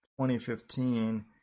2015